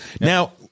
Now